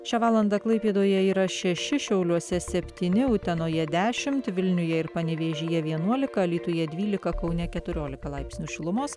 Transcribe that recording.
šią valandą klaipėdoje yra šeši šiauliuose septyni utenoje dešimt vilniuje ir panevėžyje vienuolika alytuje dvylika kaune keturiolika laipsnių šilumos